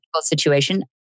situation